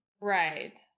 Right